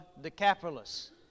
Decapolis